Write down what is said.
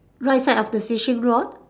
right side of the fishing rod